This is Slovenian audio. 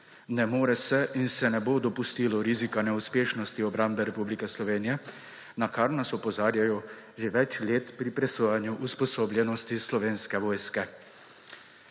ne more se in se ne bo dopustilo rizika neuspešnosti obrambe Republike Slovenije, na kar nas opozarjajo že več let pri presojanju usposobljenosti Slovenske vojske.